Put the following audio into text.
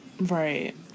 Right